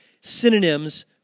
synonyms